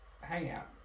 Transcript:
hangout